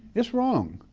it's wrong,